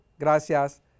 gracias